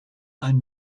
ein